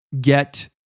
get